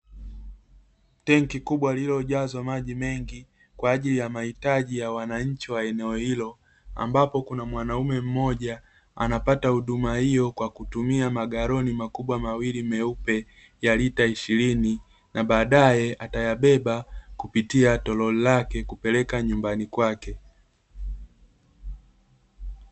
Tenki kubwa lililojazwa maji mengi kwa ajili ya mahitaji ya wananchi wa eneo hilo, ambapo kuna mwanaume mmoja anapata huduma hiyo kwa kutumia magaloni makubwa mawili meupe ya lita ishirini, na baadaye atayabeba kupitia toroli lake kupeleka nyumbani kwake.